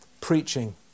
preaching